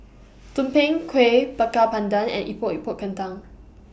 Tumpeng Kueh Bakar Pandan and Epok Epok Kentang